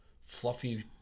fluffy